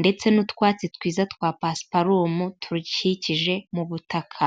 ndetse n'utwatsi twiza twa pasiparumu turukikije mu butaka.